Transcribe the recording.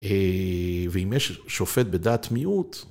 ואם יש שופט בדעת מיעוט...